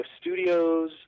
studios